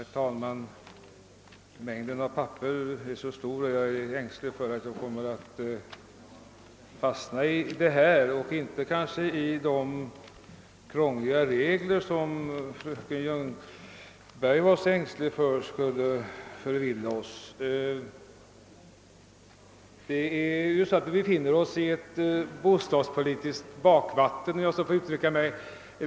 Herr talman! Mängden av papper är så stor att jag är ängslig för att jag kommer att fastna i detta och kanske inte i de krångliga regler som fröken Ljungberg var så ängslig för och trodde skulle förvilla oss. Vi befinner oss i ett bostadspolitiskt bakvatten, om jag så får uttrycka mig.